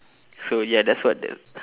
so ya that's what the